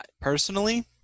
personally